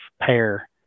pair